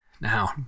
Now